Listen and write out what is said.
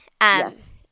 Yes